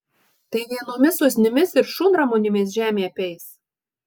tai vienomis usnimis ir šunramunėmis žemė apeis